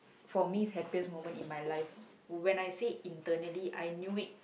for me happiest moment in my life when I say internally I knew it